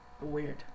Weird